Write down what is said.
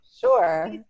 Sure